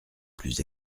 plus